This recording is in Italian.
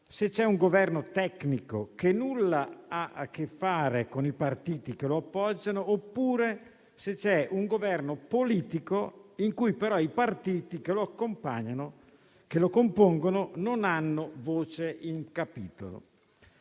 se c'è un Governo tecnico, che nulla ha a che fare con i partiti che lo appoggiano, oppure se c'è un Governo politico, in cui però i partiti che lo compongono non hanno voce in capitolo.